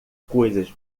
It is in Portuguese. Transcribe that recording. coisas